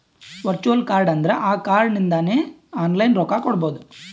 virtual card ಅಂದುರ್ ಆ card ಇಂದಾನೆ ಆನ್ಲೈನ್ ರೊಕ್ಕಾ ಕೊಡ್ಬೋದು